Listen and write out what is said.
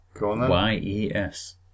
Y-E-S